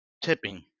tipping